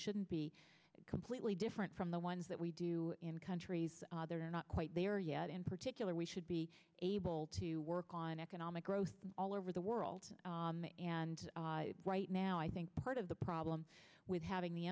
shouldn't be completely different from the ones that we do in countries they're not quite there yet in particular we should be able to work on economic growth all over the world and right now i think part of the problem with having the